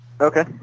Okay